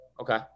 Okay